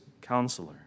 counselor